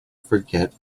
forget